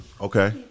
Okay